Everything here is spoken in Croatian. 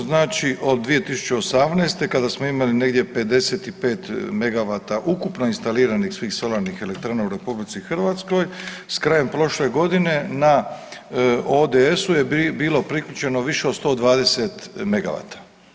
Znači od 2018. kada smo imali negdje 55 megavata ukupno instaliranih svih solarnih elektrana u RH s krajem prošle godine na ODS-u je bilo priključeno više od 120 megavata.